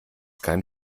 keinen